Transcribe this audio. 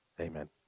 amen